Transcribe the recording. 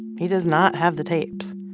he does not have the tapes.